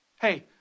Hey